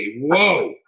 Whoa